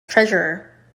treasurer